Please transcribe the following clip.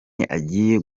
agiye